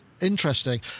Interesting